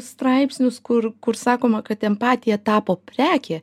straipsnius kur kur sakoma kad empatija tapo prekė